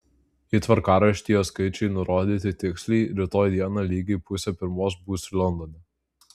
jei tvarkaraštyje skaičiai nurodyti tiksliai rytoj dieną lygiai pusę pirmos būsiu londone